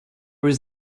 was